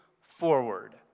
forward